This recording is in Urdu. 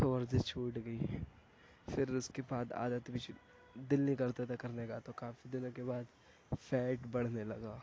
تو ورزش چھوٹ گئی پھر اس کے بعد عادت بھی چھو دل نہیں کرتا تھا کرنے کا تو کافی دنوں کے بعد فیٹ بڑھنے لگا